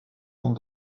ont